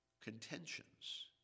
Contentions